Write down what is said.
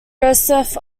joseph